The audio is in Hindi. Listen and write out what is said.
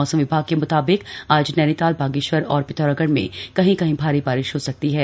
मौसम विभाग के म्ताबिक आज नैनीताल बागेश्वर और पिथौरागढ़ में कहीं कहीं भारी बारिश हो सकती है